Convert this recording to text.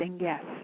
yes